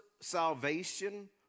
salvation